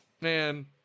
Man